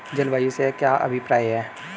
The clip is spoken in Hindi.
जलवायु से क्या अभिप्राय है?